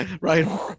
right